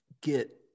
Get